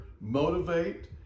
motivate